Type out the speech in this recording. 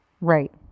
Right